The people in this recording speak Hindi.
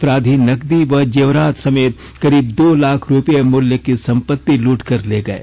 अपराधी नगर्दी व जेवरात समेत करीब दो लाख रुपये मूल्य की संपत्ति लूटकर ले गए